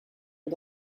you